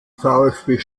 vfb